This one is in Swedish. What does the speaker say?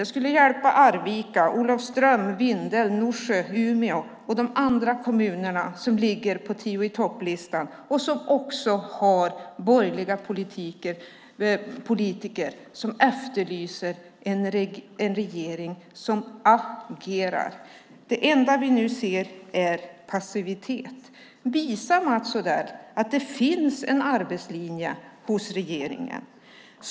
Det skulle hjälpa Arvika, Olofström, Vindeln, Norsjö, Umeå och de andra kommunerna som ligger på tio-i-topp-listan och som också har borgerliga politiker som efterlyser en regering som agerar. Det enda vi nu ser är passivitet. Visa, Mats Odell, att det finns en arbetslinje hos regeringen!